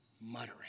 muttering